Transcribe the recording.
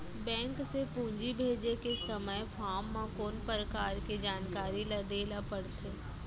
Bank से पूंजी भेजे के समय फॉर्म म कौन परकार के जानकारी ल दे ला पड़थे?